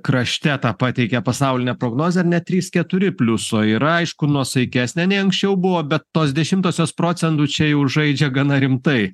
krašte tą pateikė pasaulinę prognozę ar ne trys keturi pliuso yra aišku nuosaikesnė nei anksčiau buvo bet tos dešimtosios procentų čia jau žaidžia gana rimtai